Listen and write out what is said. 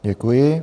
Děkuji.